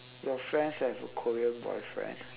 your friends have a korean boyfriend